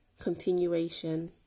Continuation